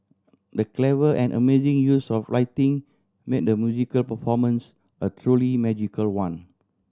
the clever and amazing use of righting made the musical performance a truly magical one